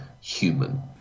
human